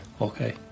Okay